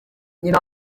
nyina